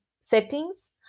settings